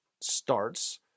starts